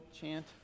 chant